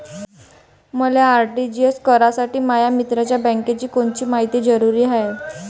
मले आर.टी.जी.एस करासाठी माया मित्राच्या बँकेची कोनची मायती जरुरी हाय?